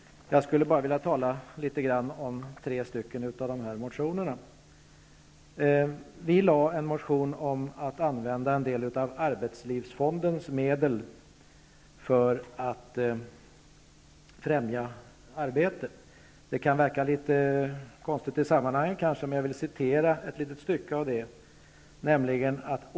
Jag vill tala litet om tre av motionerna. Vi lade fram en motion om att man skall använda en del av arbetslivsfondens medel för att främja arbete. Det kan verka litet konstigt i sammanhanget men jag vill referera till ett stycke.